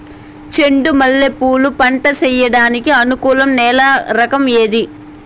చెండు మల్లె పూలు పంట సేయడానికి అనుకూలం నేల రకం ఏది